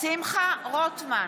שמחה רוטמן,